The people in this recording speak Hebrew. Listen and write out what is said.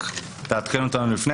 רק תעדכן אותנו לפני.